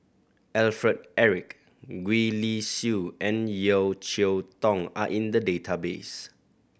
Alfred Eric Gwee Li Sui and Yeo Cheow Tong are in the database